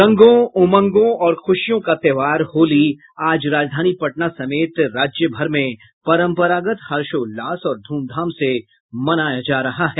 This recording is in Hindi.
रंगों उमंगों और ख़ुशियों का त्योहार होली आज राजधानी पटना समेत राज्यभर में परंपरागत हर्षोल्लास और धूमधाम से मनाया जा रहा है